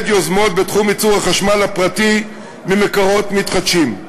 יוזמות בתחום ייצור החשמל הפרטי ממקורות מתחדשים.